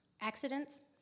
Accidents